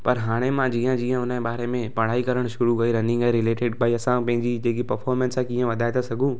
पर हाणे मां जीअं जीअं हुन बारे पढ़ाई करणु शुरू कई हुन सां रिलेटिड भई असां पंहिंजी पफोमेंस आहे कीअं वधाए था सघूं